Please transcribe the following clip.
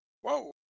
whoa